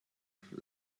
for